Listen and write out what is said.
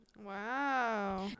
wow